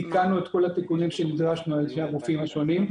תיקנו את כל התיקונים שנדרשנו על ידי הגופים השונים,